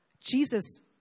Jesus